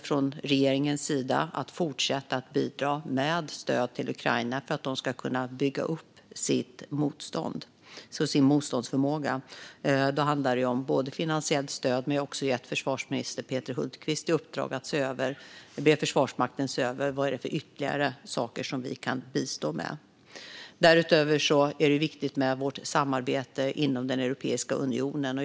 Regeringen kommer att fortsätta att bidra med stöd till Ukraina för att de ska kunna bygga upp sin motståndsförmåga. Det handlar om finansiellt stöd, men jag har också gett försvarsminister Peter Hultqvist i uppdrag att be Försvarsmakten att se över vilka ytterligare saker som vi kan bistå med. Därutöver är vårt samarbete inom Europeiska unionen viktigt.